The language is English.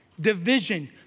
division